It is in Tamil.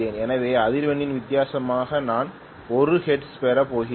எனவே அதிர்வெண்ணில் வித்தியாசமாக நான் 1 ஹெர்ட்ஸைப் பெறப் போகிறேன்